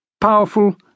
powerful